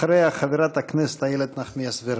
אחריה, חברת הכנסת איילת נחמיאס ורבין.